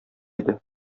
иде